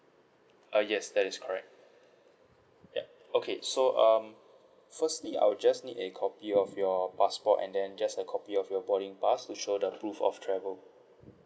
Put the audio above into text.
uh yes that is correct yup okay so um firstly I would just need a copy of your passport and then just a copy of your boarding pass to show the proof of travel